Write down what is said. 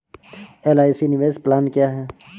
LIC निवेश plan क्या है?